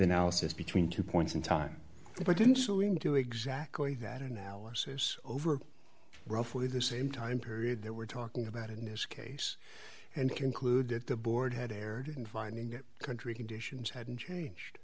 analysis between two points in time if i didn't do exactly that analysis over roughly the same time period they were talking about in this case and conclude that the board had erred in finding that country conditions hadn't